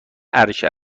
عرشه